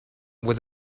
with